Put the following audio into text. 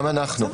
גם אנחנו.